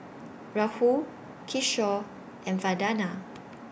Rahul Kishore and Vandana